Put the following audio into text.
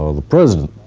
ah the president.